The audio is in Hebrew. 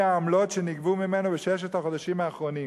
העמלות שנגבו ממנו בששת החודשים האחרונים,